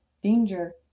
danger